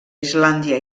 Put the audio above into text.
islàndia